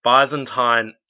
Byzantine